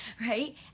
right